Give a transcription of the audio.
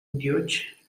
deutsch